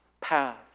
path